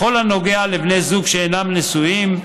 בכל הנוגע לבני זוג שאינם נשואים,